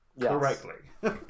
correctly